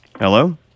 Hello